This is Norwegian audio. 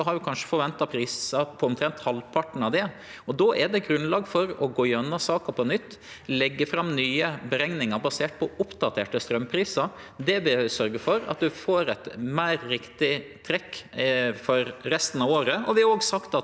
har ein forventa prisar på omtrent halvparten av dette. Då er det grunnlag for å gå gjennom saka på nytt og leggje fram nye berekningar baserte på oppdaterte straumprisar. Det vil sørgje for at ein får eit meir rett trekk for resten av året.